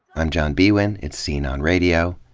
i'm john biewen, it's scene on radio.